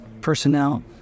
personnel